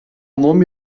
nome